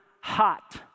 hot